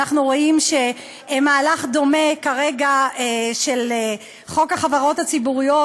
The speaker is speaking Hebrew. ואנחנו רואים שמהלך דומה של חוק החברות הציבוריות